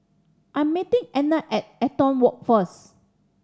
I'm meeting Ednah at Eaton Walk first